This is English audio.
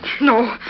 No